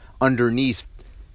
underneath